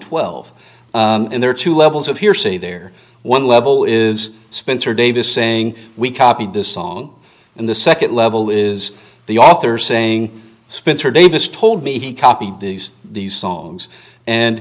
twelve and there are two levels of hearsay there one level is spencer davis saying we copied this song in the second level is the author saying spencer davis told me he copied these these songs and